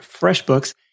FreshBooks